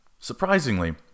Surprisingly